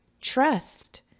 trust